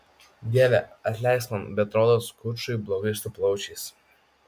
dieve atleisk man bet rodos kučui blogai su plaučiais